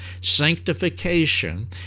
sanctification